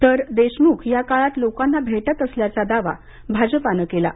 तर देशमुख या काळात लोकांना भेटत असल्याचा दावा भाजपाने केला आहे